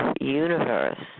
universe